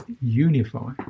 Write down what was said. unify